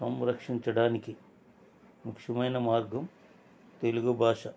సంరక్షించడానికి ముఖ్యమైన మార్గం తెలుగు భాష